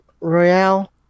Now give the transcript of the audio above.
Royale